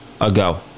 ago